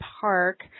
Park